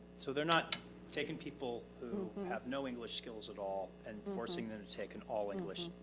so they're not taking people who have no english skills at all and forcing them to take an all english